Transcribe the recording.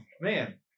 man